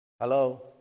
Hello